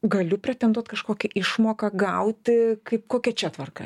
galiu pretenduot kažkokią išmoką gauti kaip kokia čia tvarka